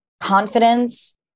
confidence